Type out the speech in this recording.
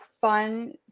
fun